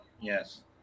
yes